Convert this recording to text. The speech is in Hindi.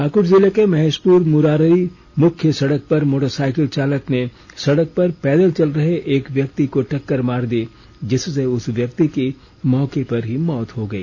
पाकुड़ जिले के महेशपुर मुरारई मुख्य सड़क पर मोटरसायकिल चालक ने सड़क पर पैदल चल रहे एक व्यक्ति को टक्कर मार दी जिससे उस व्यक्ति की मौके पर ही मौत हो गई